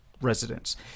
residents